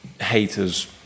haters